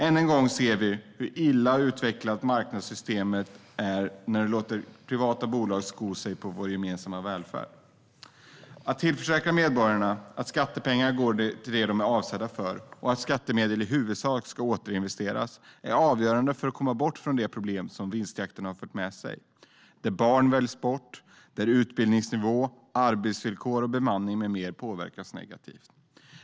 Än en gång ser vi hur ett illa utvecklat marknadssystem låter privata bolag sko sig på vår gemensamma välfärd. Att tillförsäkra medborgarna att skattepengar går till det de är avsedda för och att skattemedlen i huvudsak ska återinvesteras är avgörande för att komma bort från de problem som vinstjakten fört med sig, där barn väljs bort, där utbildningsnivå, arbetsvillkor och bemanning med mera påverkas negativt.